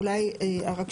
אולי רק,